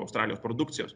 australijos produkcijos